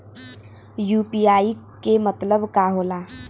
UPI के मतलब का होला?